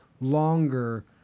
longer